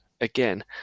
again